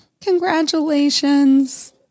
congratulations